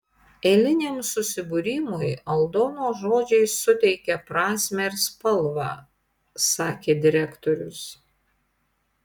eiliniam susibūrimui aldonos žodžiai suteikia prasmę ir spalvą sakė direktorius